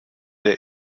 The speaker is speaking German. der